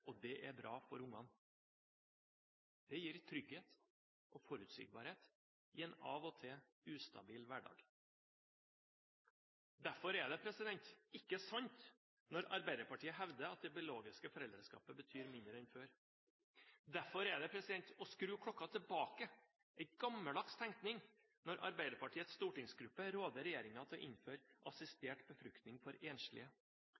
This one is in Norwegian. og det er bra for ungene. Det gir trygghet og forutsigbarhet i en av og til ustabil hverdag. Derfor er det ikke sant når Arbeiderpartiet hevder at det biologiske foreldreskapet betyr mindre enn før. Derfor er det å skru klokken tilbake – en gammeldags tenkning – når Arbeiderpartiets stortingsgruppe råder regjeringen til å innføre assistert befruktning for enslige,